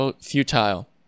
futile